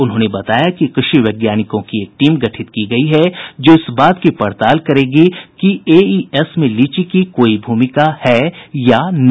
उन्होंने बताया कृषि वैज्ञानिकों की एक टीम गठित की गयी है जो इस बात की पड़ताल करेगी कि एईएस में लीची की कोई भूमिका है या नहीं